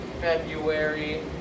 February